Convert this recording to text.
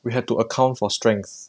we have to account for strength